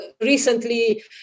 recently